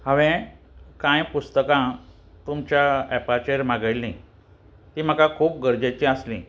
हांवें कांय पुस्तकां तुमच्या एपाचेर मागयल्लीं तीं म्हाका खूब गरजेचीं आसलीं